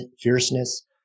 fierceness